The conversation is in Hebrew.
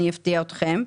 אני אפתיע אתכם,